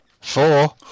Four